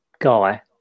guy